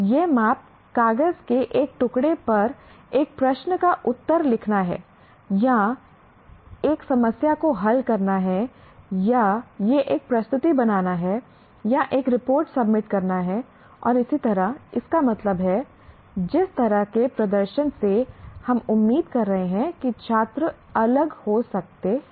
यह माप कागज के एक टुकड़े पर एक प्रश्न का उत्तर लिखना है या एक समस्या को हल करना है या यह एक प्रस्तुति बनाना है या एक रिपोर्ट सबमिट करना है और इसी तरह इसका मतलब है जिस तरह के प्रदर्शन से हम उम्मीद कर रहे हैं कि छात्र अलग हो सकते हैं